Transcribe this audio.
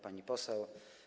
Pani Poseł!